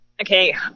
Okay